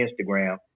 Instagram